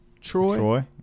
Troy